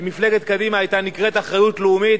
אם מפלגת קדימה היתה נקראת "אחריות לאומית",